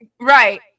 Right